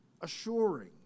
assuring